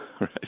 right